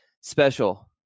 special